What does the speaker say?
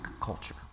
culture